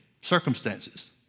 circumstances